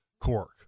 cork